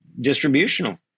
distributional